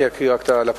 אני אקרא לפרוטוקול,